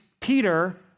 Peter